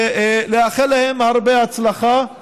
ומאחל להם הרבה הצלחה,